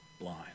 blind